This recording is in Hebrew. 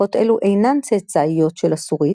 שפות אלו אינן צאצאיות של הסורית,